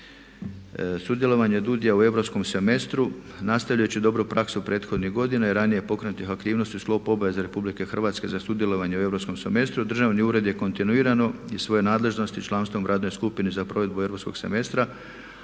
Sudjelovanje DUUDI-ja u Europskom semestru nastavljajući dobru praksu prethodnih godina i ranije pokrenutih aktivnosti u sklopu obveze RH za sudjelovanje u Europskom semestru državni ured je kontinuirano iz svoje nadležnosti članstvom u Radnoj skupini za provedbu Europskog semestra